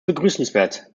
begrüßenswert